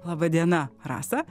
laba diena rasa